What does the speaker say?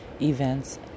events